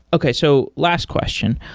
okay, so last question.